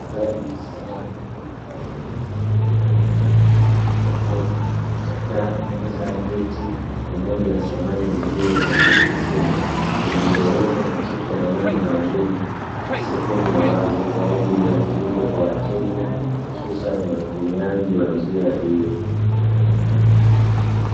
Uuzaji wa samani mbalimbali kama vile: meza, viti pamoja na samani zingine za maofisini zilizowekwa katika eneo maalumu sehemu ya wazi kwa ajili ya kuuzwa kwa wateja hususani watumiaji wa njia hiyo.